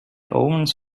omens